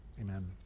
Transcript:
Amen